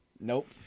Nope